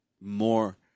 more